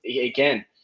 again –